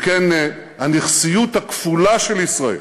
אם כן, הנכסיות הכפולה של ישראל